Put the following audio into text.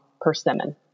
persimmon